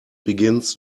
begins